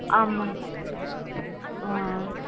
ஆமாம் ஆ